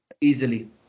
easily